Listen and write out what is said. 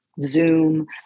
zoom